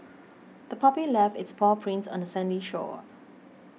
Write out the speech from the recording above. the puppy left its paw prints on the sandy shore